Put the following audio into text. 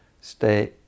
stay